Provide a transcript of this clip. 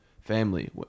family